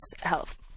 health